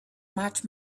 much